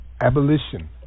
Abolition